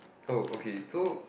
oh okay so